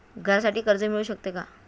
घरासाठी कर्ज मिळू शकते का?